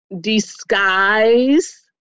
disguise